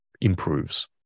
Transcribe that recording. improves